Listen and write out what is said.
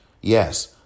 yes